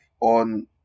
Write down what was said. On